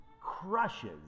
crushes